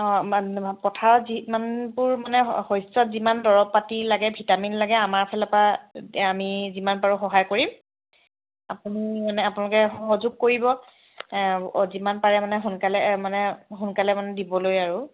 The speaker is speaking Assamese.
অ পথাৰত যিমানবোৰ শস্য যিমান দৰৱ পাতি লাগে ভিটামিন লাগে আমাৰ পৰা আমি যিমান পাৰোঁ সহায় কৰিম আপোনালোকে সহযোগ কৰিব যিমান পাৰে মানে সোনকালে মানে সোনকালে মানে দিবলৈ আৰু